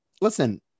listen